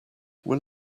will